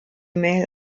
mail